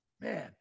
Man